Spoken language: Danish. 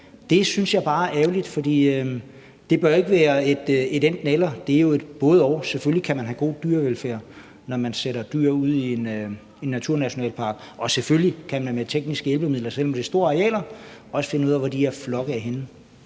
Det synes jeg bare er ærgerligt, for det bør ikke være et enten-eller, for det skal jo være et både-og, for selvfølgelig kan man have god dyrevelfærd, når man sætter dyr ud i en naturnationalpark, og selvfølgelig kan man med tekniske hjælpemidler, selv om det er store arealer, også finde ud af, hvor de her flokke er henne.